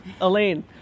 elaine